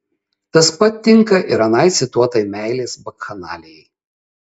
tas pat tinka ir anai cituotai meilės bakchanalijai